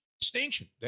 distinction